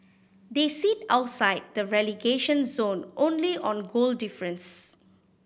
they sit outside the relegation zone only on goal difference